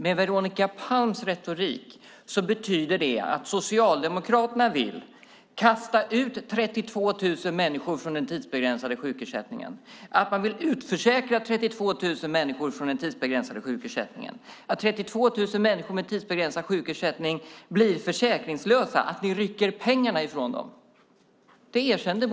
Med Veronica Palms retorik betyder det att Socialdemokraterna vill kasta ut 32 000 människor från den tidsbegränsade sjukersättningen, att de vill utförsäkra 32 000 människor från den tidsbegränsade sjukersättningen, att 32 000 människor med tidsbegränsad sjukersättning blir försäkringslösa och att Socialdemokraterna rycker pengar från dem.